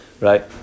Right